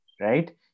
right